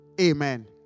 Amen